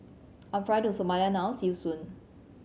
I'm flying to Somalia now see you soon